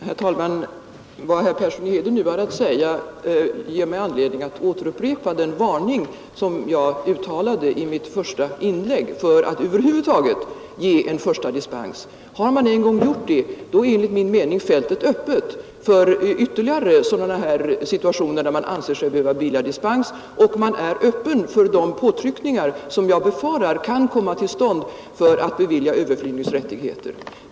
Herr talman! Vad herr Persson i Heden nu har att säga ger mig anledning att återupprepa den varning som jag uttalade i mitt första inlägg för att över huvud taget ge en första dispens. Har man en gång gjort det är enligt min mening fältet öppet för ytterligare sådana här situationer där man anser sig böra bevilja dispens, och man är öppen för de påtryckningar som jag befarar kan komma till stånd.